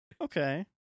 Okay